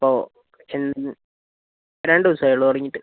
അപ്പോൾ എ രണ്ട് ദിവസമായേ ഉള്ളൂ തുടങ്ങിയിട്ട്